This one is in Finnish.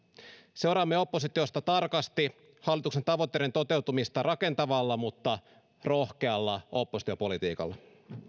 seuraamme oppositiosta tarkasti hallituksen tavoitteiden toteutumista rakentavalla mutta rohkealla oppositiopolitiikalla